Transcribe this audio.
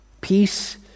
Peace